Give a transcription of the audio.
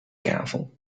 kavel